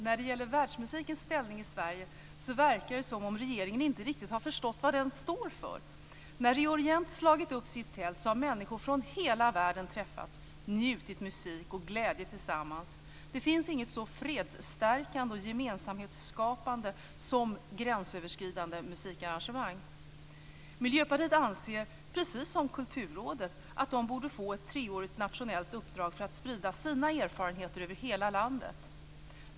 När det gäller världsmusikens ställning i Sverige verkar det som om regeringen inte riktigt har förstått vad världsmusiken står för. När Re:Orient har slagit upp sitt tält har människor från hela världen träffats, njutit av musik och känt glädje tillsammans. Det finns inget så fredsstärkande och gemensamhetsskapande som gränsöverskridande musikarrangemang. Miljöpartiet anser, precis som Kulturrådet, att man borde få ett treårigt nationellt uppdrag att sprida sina erfarenheter över hela landet.